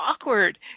awkward